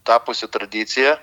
tapusi tradicija